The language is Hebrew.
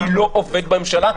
אני לא עובד בממשלה,